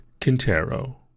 Quintero